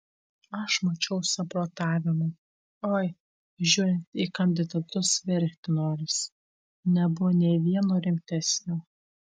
aš mačiau samprotavimų oi žiūrint į kandidatus verkti norisi nebuvo nė vieno rimtesnio